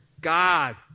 God